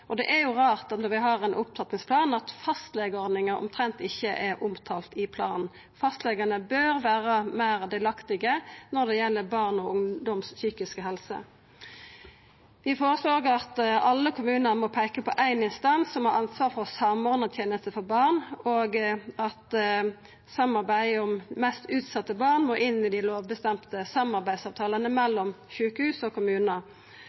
Det er rart at når vi har ein opptrappingsplan, så er fastlegeordninga omtrent ikkje nemnt i planen. Fastlegane bør vera meir delaktige når det gjeld barn og ungdoms psykiske helse. Vi føreslår òg at alle kommunar må peika på éin instans som har ansvaret for å samordna tenester for barn, og at samarbeid om dei mest utsette barna må inn i dei lovbestemte samarbeidsavtalene mellom sjukehus og kommunar.